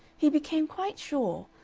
he became quite sure,